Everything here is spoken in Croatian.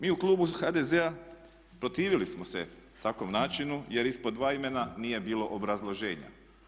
Mi u klubu HDZ-a protivili smo se takvom načinu jer ispod dva imena nije bilo obrazloženja.